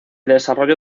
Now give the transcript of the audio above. desarrollo